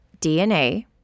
DNA